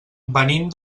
venim